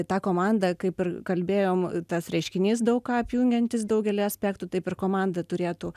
ta komanda kaip ir kalbėjom tas reiškinys daug ką apjungiantis daugelį aspektų taip ir komanda turėtų